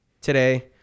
today